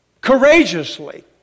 Courageously